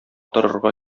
торырга